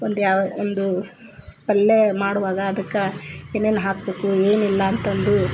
ಒಂದು ಯಾವ ಒಂದು ಪಲ್ಲೆ ಮಾಡುವಾಗ ಅದಕ್ಕೆ ಏನೇನು ಹಾಕಬೇಕು ಏನು ಇಲ್ಲ ಅಂತಂದು